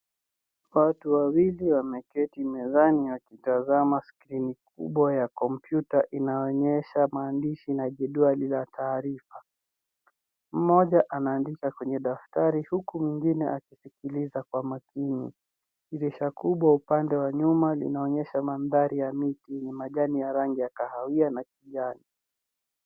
Watu wawili wameketi mezani wakitazama skrini kubwa ya komputa inayoonyesha maandishi na jedwali za taarifa. Mmoja anaandika kwenye daftari huku mwingine akisikiliza kwa makini. Dirisha kubwa upande wa nyuma linaonyesha mandhari ya miti yenye majani ya rangi ya kahawia na kijani.